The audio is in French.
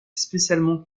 spécialement